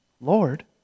Lord